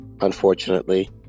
unfortunately